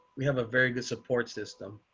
we have a very good support system.